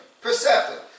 Perceptive